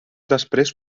després